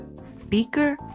speaker